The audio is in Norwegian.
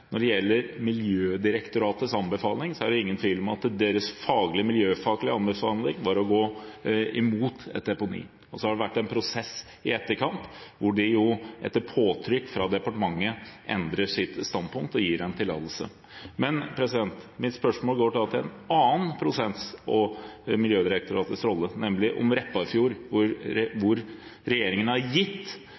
når det gjelder Miljødirektoratets anbefaling, er det ingen tvil om at deres miljøfaglige anbefaling var å gå imot et deponi. Så har det vært en prosess i etterkant, hvor de etter påtrykk fra departementet endrer sitt standpunkt og gir dem tillatelse. Men mitt spørsmål gjelder en annen prosess og Miljødirektoratets rolle, nemlig prosessen rundt Repparfjorden, hvor regjeringen har gitt